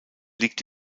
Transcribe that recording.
liegt